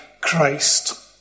Christ